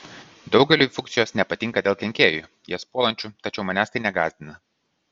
daugeliui fuksijos nepatinka dėl kenkėjų jas puolančių tačiau manęs tai negąsdina